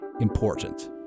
important